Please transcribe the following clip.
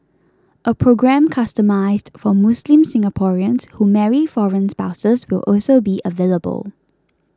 a programme customised for Muslim Singaporeans who marry foreign spouses will also be available